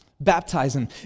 Baptizing